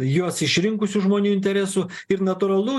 juos išrinkusių žmonių interesų ir natūralu